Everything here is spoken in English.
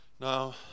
now